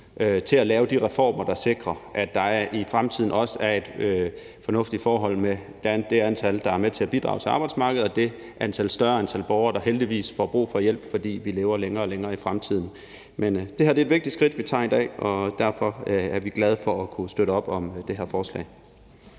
til at lave de reformer, der sikrer, at der i fremtiden også er et fornuftigt forhold mellem det antal, der er med til at bidrage til arbejdsmarkedet, og det stigende antal borgere, der får brug for hjælp, fordi vi heldigvis lever længere og længere i fremtiden. Men det her er et vigtigt skridt, vi tager i dag, og derfor er vi glade for at kunne støtte op om det her forslag.